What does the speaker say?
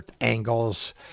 angles